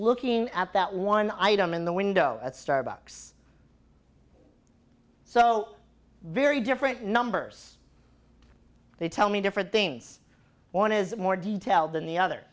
looking at that one item in the window at starbucks so very different numbers they tell me different things one is more detail than the other